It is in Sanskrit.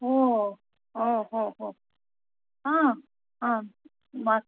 ओ ओ हो हो हा हा मास्त्